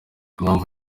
impamvu